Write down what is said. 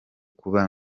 kuba